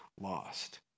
lost